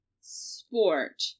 sport